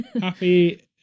Happy